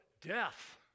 death